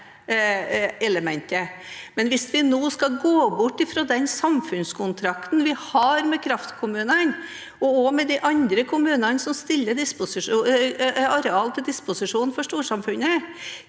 Hvis vi nå skal gå bort fra den samfunnskontrakten vi har med kraftkommunene, og med de andre kommunene som stiller areal til disposisjon for storsamfunnet,